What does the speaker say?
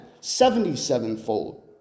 seventy-sevenfold